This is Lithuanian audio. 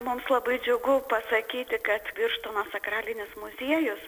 mums labai džiugu pasakyti kad birštono sakralinis muziejus